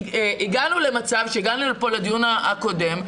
הגענו למצב שהגענו לדיון הקודם,